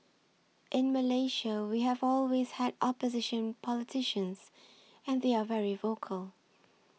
in Malaysia we have always had opposition politicians and they are very vocal